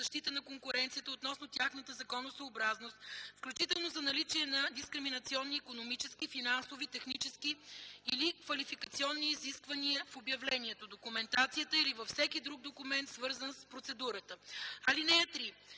защита на конкуренцията относно тяхната законосъобразност, включително за наличие на дискриминационни икономически, финансови, технически или квалификационни изисквания в обявлението, документацията или във всеки друг документ, свързан с процедурата. (3)